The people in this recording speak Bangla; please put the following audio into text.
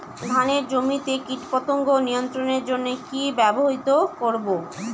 ধানের জমিতে কীটপতঙ্গ নিয়ন্ত্রণের জন্য কি ব্যবহৃত করব?